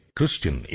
Christian